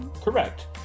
Correct